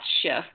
shift